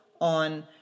on